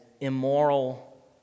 immoral